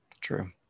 True